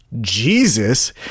Jesus